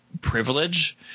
privilege